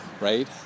right